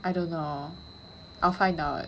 I don't know I'll find out